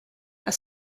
are